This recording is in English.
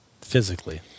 physically